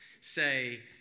say